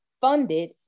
funded